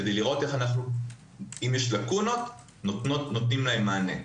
כדי לראות איך אנחנו נותנים מענה ללקונות.